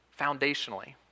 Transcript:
foundationally